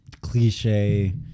cliche